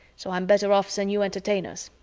so i'm better off than you entertainers.